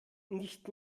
nicht